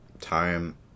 time